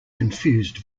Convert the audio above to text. confused